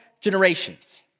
generations